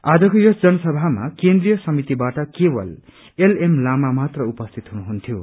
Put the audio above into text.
आजको यस जनसभामा केन्द्रिय समितिबाट केवल एलएम लामा मात्र उपसिति हुनुहन्थ्यो